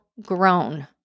grown